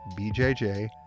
BJJ